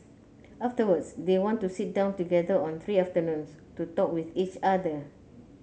afterwards they want to sit down together on three afternoons to talk with each other